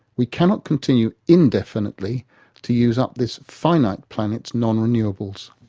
we cannot continue indefinitely to use up this finite planet's non-renewables.